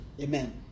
Amen